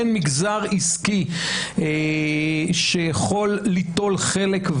הן כמגזר עסקי שיכול ליטול חלק,